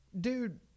Dude